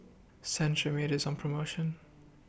Cetrimide IS on promotion